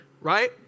right